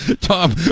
Tom